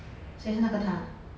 谁是那个他